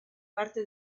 parte